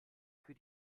für